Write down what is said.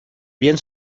bien